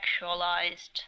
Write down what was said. sexualized